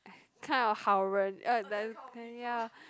kind of 好人:haoren oh that kind ya